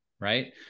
Right